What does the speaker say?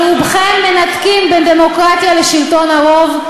אבל רובכם מנתקים בין דמוקרטיה לשלטון הרוב.